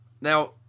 Now